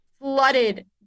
flooded